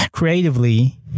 Creatively